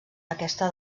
aquesta